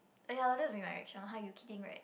oh ya that'll be my reaction !huh! you kidding right